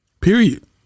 Period